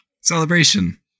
celebration